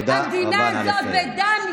המדינה הזאת בדם,